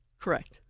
Correct